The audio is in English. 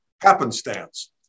happenstance